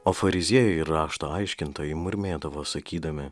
o fariziejai ir rašto aiškintojai murmėdavo sakydami